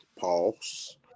pause